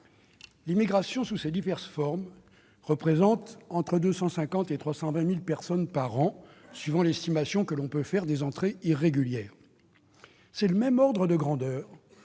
L'immigration sous ses diverses formes représente entre 250 000 et 320 000 personnes par an, suivant l'estimation que l'on peut faire des entrées irrégulières. C'est le même ordre de grandeur